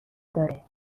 داره